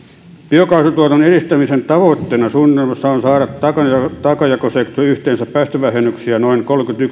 biokaasutuotannon edistämisen tavoitteena suunnitelmassa on saada taakanjakosektorille päästövähennyksiä yhteensä noin